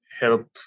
help